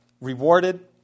rewarded